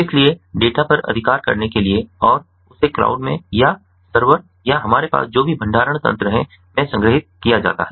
इसलिए डेटा पर अधिकार करने के लिए और इसे क्लाउड में या सर्वर या हमारे पास जो भी भंडारण तंत्र है में संग्रहीत किया जाता है